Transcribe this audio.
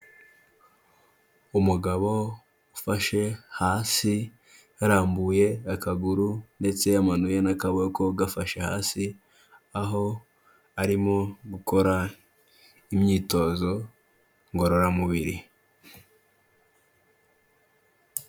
Umugabo ufashe hasi yarambuye akaguru ndetse yamanuye n'akaboko gafashe hasi, aho arimo gukora imyitozo ngororamubiri.